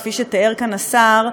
כפי שתיאר כאן השר,